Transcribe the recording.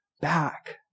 back